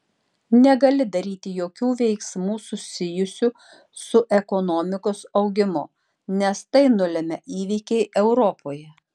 negali daryti jokių veiksmų susijusių su ekonomikos augimu nes tai nulemia įvykiai europoje